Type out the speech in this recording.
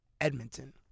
Edmonton